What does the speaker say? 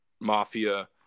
Mafia